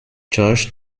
george